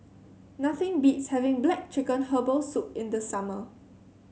nothing beats having black chicken Herbal Soup in the summer